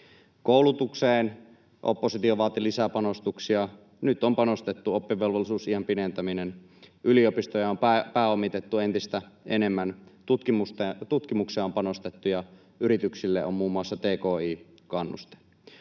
Koulutukseen oppositio vaati lisäpanostuksia. Nyt on panostettu: on oppivelvollisuusiän pidentäminen, yliopistoja on pääomitettu entistä enemmän, tutkimukseen on panostettu ja yrityksille on muun muassa tki-kannuste.